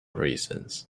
reasons